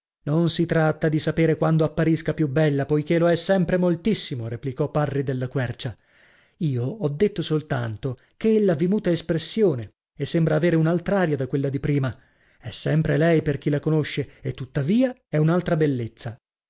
non si tratta di sapere quando apparisca più bella poichè lo è sempre moltissimo replicò parri della quercia io ho detto soltanto che ella vi muta espressione e sembra avere un'altr'aria da quella di prima è sempre lei per chi la conosce e tuttavia è un'altra bellezza